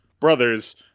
brothers